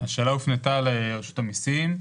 השאלה הופנתה לרשות המיסים.